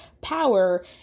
power